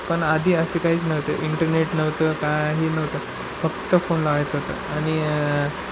पण आधी अशी काहीच नव्हते इंटरनेट नव्हतं काहीही नव्हतं फक्त फोन लावायचं होतं आणि